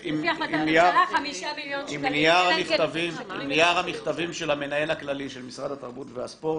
עם נייר המכתבים של המנהל הכללי של משרד התרבות והספורט: